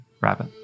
Rabbit